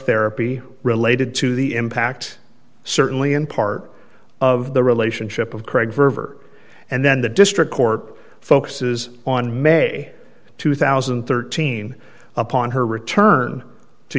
therapy related to the impact certainly in part of the relationship of craig verver and then the district court focuses on may two thousand and thirteen upon her return to